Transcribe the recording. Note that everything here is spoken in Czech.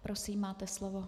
Prosím, máte slovo.